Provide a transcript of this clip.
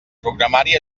programari